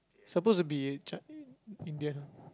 suppose to be Chi~ Indian ah